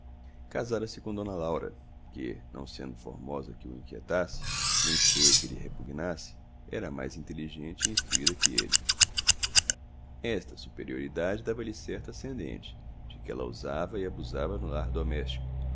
patrimônio casara-se com d laura que não sendo formosa que o inquietasse nem feia que lhe repugnasse era mais inteligente e instruída que ele esta superioridade dava-lhe certo ascendente de que ela usava e abusava no lar doméstico